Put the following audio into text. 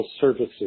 services